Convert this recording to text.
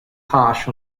harsh